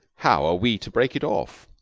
how are we to break it off?